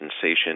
sensation